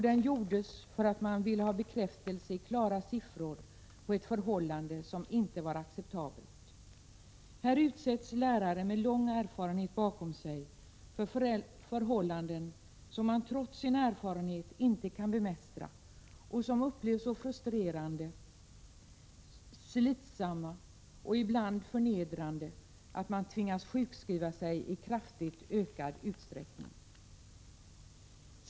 Den gjordes därför att man ville ha bekräftelse i klarare siffror på ett förhållande som inte var acceptabelt. Här utsätts lärare med lång erfarenhet bakom sig för förhållanden, som de trots sin erfarenhet inte kan bemästra och som de upplever så frustrerande, slitsamma och ibland förnedrande att de tvingas sjukskriva sig i kraftigt ökad utsträckning.